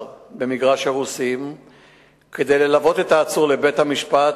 במגרש-הרוסים כדי ללוות את העצור לבית-המשפט,